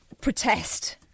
protest